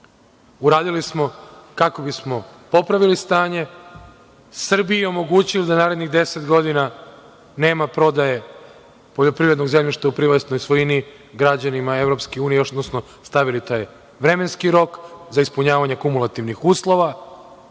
uradili smo kako bismo popravili stanje, Srbiji omogućili da narednih deset godina nema prodaje poljoprivrednog zemljišta u privatnoj svojini građanima EU, odnosno stavili taj vremenski rok za ispunjavanje kumulativnih uslova. Mislim